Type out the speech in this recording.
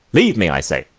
leave me, i say.